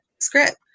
script